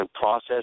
process